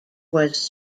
was